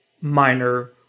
minor